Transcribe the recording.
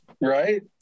Right